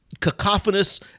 cacophonous